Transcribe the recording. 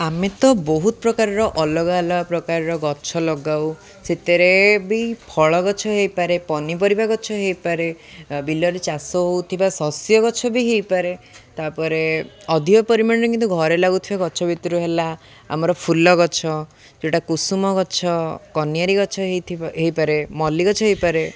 ଆମେ ତ ବହୁତ ପ୍ରକାରର ଅଲଗା ଅଲଗା ପ୍ରକାରର ଗଛ ଲଗାଉ ସେଥିରେ ବି ଫଳ ଗଛ ହେଇପାରେ ପନିପରିବା ଗଛ ହେଇପାରେ ବିଲରେ ଚାଷ ହଉଥିବା ଶସ୍ୟ ଗଛ ବି ହେଇପାରେ ତା'ପରେ ଅଧିକ ପରିମାଣରେ କିନ୍ତୁ ଘରେ ଲାଗୁଥିବା ଗଛ ଭିତରୁ ହେଲା ଆମର ଫୁଲ ଗଛ ଯେଉଁଟା କୁସୁମ ଗଛ କନିଆରି ଗଛ ହେଇଥିବ ହେଇପାରେ ମଲ୍ଲି ଗଛ ହେଇପାରେ